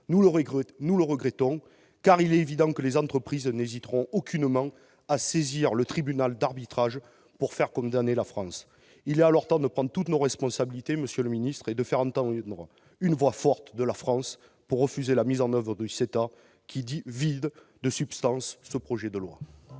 Nous le regrettons, car il est évident que les entreprises n'hésiteront aucunement à saisir le tribunal d'arbitrage pour faire condamner la France. Monsieur le ministre d'État, il est temps de prendre toutes nos responsabilités et de faire entendre une voix forte de la France, pour refuser la mise en oeuvre du CETA, qui vide de sa substance ce projet de loi.